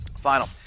final